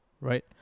Right